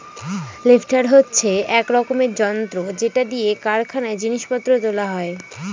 lifter হচ্ছে এক রকমের যন্ত্র যেটা দিয়ে কারখানায় জিনিস পত্র তোলা হয়